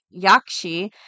yakshi